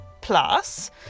Plus